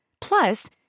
Plus